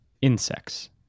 insects